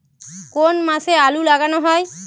কোন মাসে আলু লাগানো হয়?